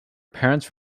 parents